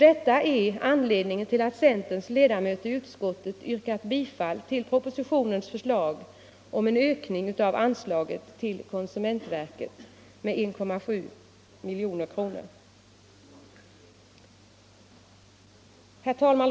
Detta är anledningen till att centerns ledamöter i utskottet har yrkat bifall till propositionens förslag om en ökning av anslaget till konsumentverket med 1,7 milj.kr. Herr talman!